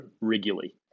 regularly